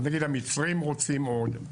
המצרים רוצים עוד,